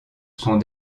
sont